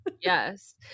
Yes